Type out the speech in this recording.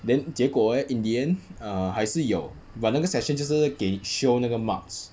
then 结果 eh in the end err 还是有 but 那个 session 就是给 show 那个 marks